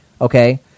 okay